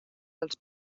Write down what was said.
dels